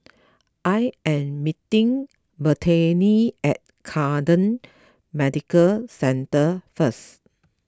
I am meeting Brittanie at Camden Medical Centre first